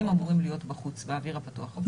באוויר הפתוח.